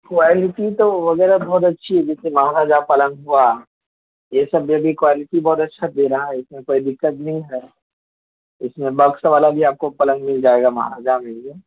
quality تو وغیرہ بہت اچھی ہے جیسے مہاراجہ پلنگ ہوا یہ سب بھی ابھی کوالٹی بہت اچھا دے رہا ہے اس میں کوئی دقت نہیں ہے اس میں بکسا والا بھی آپ کو پلنگ مل جائے گا مہاراجہ میں ہی ہے